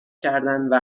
کردن